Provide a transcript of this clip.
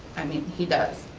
i mean he does.